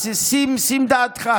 אז, שים דעתך.